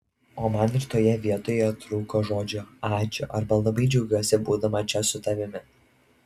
o man ir toje vietoje trūko žodžių ačiū arba labai džiaugiuosi būdama čia su tavimi